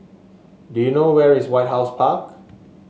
do you know where is White House Park